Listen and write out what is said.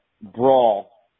brawl